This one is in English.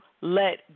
let